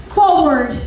forward